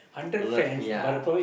learn ya